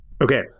Okay